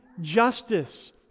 justice